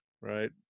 right